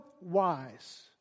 wise